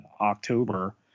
October